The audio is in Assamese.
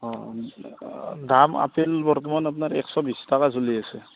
অঁ দাম আপেল বৰ্তমান আপোনাৰ এশ বিছ টকা চলি আছে